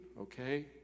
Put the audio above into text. Okay